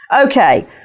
Okay